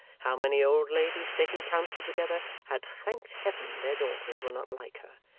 how many old ladies, taking counsel together, had thanked heaven their daughters were not like her,